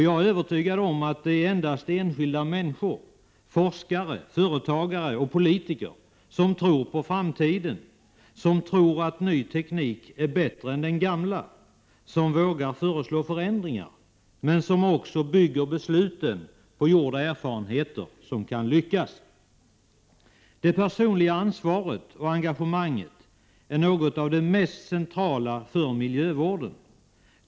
Jag är övertygad om att endast enskilda människor — forskare, företagare och politiker som tror på framtiden, som tror att ny teknik är bättre än den gamla, som vågar föreslå förändringar men som också bygger besluten på gjorda erfarenheter — kan lyckas. Det personliga ansvaret och engagemanget är något av det mest centrala för miljövården.